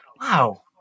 Wow